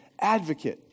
advocate